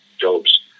jobs